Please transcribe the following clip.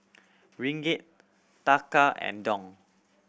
Ringgit Taka and Dong